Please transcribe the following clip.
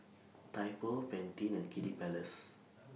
Typo Pantene and Kiddy Palace